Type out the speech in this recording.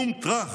בום טראח,